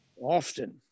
Often